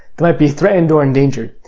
they might be threatened or endangered.